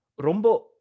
Rombo